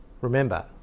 remember